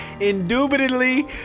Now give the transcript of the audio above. indubitably